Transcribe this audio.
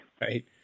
Right